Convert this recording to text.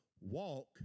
walk